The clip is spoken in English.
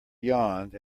yawned